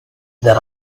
the